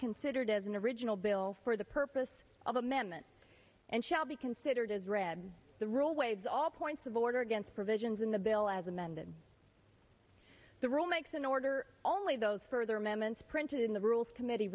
considered as an original bill for the purpose of amendment and shall be considered as read the rule waives all points of order against provisions in the bill as amended the rule makes an order only those further amendments printed in the rules committee